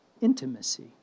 intimacy